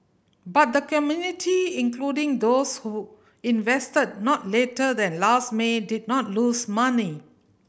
but the community including those who invested not later than last May did not lose money